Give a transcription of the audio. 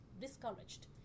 discouraged